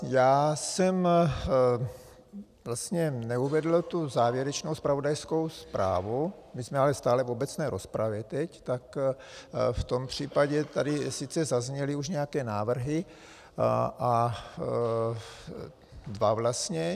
Já jsem vlastně neuvedl závěrečnou zpravodajskou zprávu, my jsme ale stále v obecné rozpravě teď, tak v tom případě tady sice zazněly už nějaké návrhy, dva vlastně.